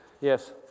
Yes